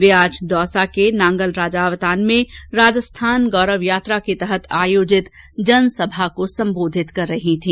वे आज दौसा के नांगल राजावतान में राजस्थान गौरव यात्रा के तहत आयोजित जनसभा को सम्बोधित कर रही थी